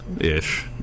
Ish